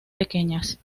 pequeñas